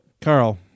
Carl